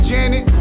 Janet